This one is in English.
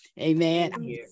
Amen